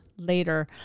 Later